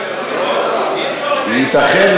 בבקשה.